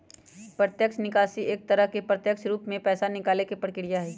प्रत्यक्ष निकासी एक तरह से प्रत्यक्ष रूप से पैसा निकाले के प्रक्रिया हई